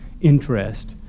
interest